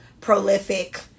prolific